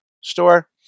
store